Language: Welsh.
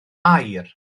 aur